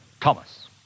Thomas